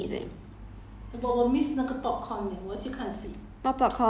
not bad lah no bad lah !wah! we like that can talk un~ for thirty minutes leh